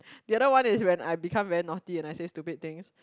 the other one is when I become very naughty and I say stupid things